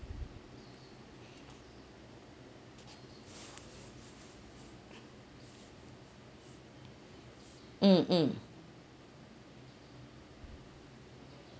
mm mm